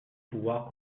pouvoir